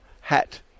hat